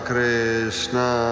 Krishna